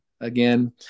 again